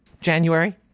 January